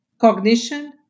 cognition